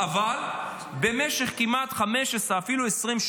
אבל במשך כמעט 15 שנה,